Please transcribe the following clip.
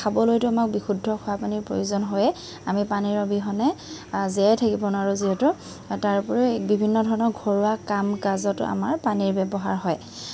খাবলৈটো আমাক বিশুদ্ধ খোৱাপানীৰ প্ৰয়োজন হয়েই আমি পানীৰ অবিহনে জীয়াই থাকিব নোৱাৰোঁ যিহেতু তাৰ উপৰিও বিভিন্ন ধৰণৰ ঘৰুৱা কাম কাজতো আমাৰ পানীৰ ব্যৱহাৰ হয়